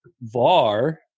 VAR